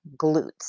glutes